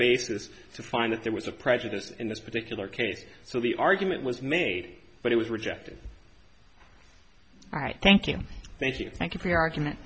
basis to find that there was a prejudice in this particular case so the argument was made but it was rejected all right thank you thank you thank you for your argument